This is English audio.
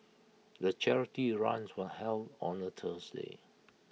the charity runs was held on A Tuesday